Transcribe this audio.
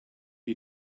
you